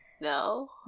No